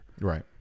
Right